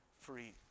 free